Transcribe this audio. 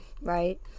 right